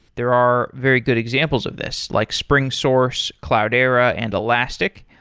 there are very good examples of this, like springsource, cloudera and elastic.